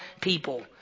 people